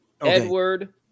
Edward